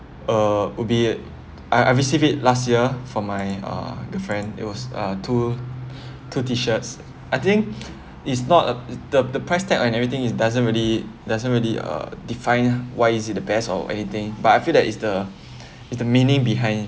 uh will be I I received it last year from my uh girlfriend it was a two two T shirts I think it's not a the the price tag and everything is doesn't really doesn't really uh define why is it the best or anything but I feel that is the is the meaning behind